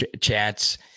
chats